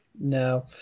No